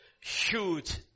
huge